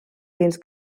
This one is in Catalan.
dins